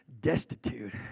destitute